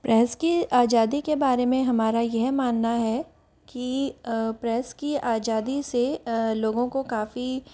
press की आज़ादी के बारे में हमारा यह मानना है कि प्रेस की आज़ादी से लोगों को काफ़ी